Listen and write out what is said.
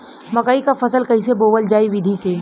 मकई क फसल कईसे बोवल जाई विधि से?